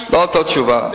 לא אותה תשובה.